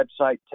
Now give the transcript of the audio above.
website